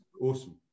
awesome